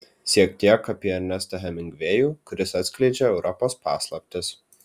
siek tiek apie ernestą hemingvėjų kuris atskleidžia europos paslaptis